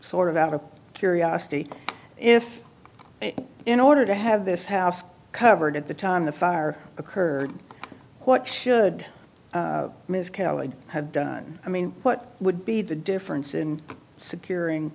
sort of out of curiosity if in order to have this house covered at the time the fire occurred what should ms kauai have done i mean what would be the difference in securing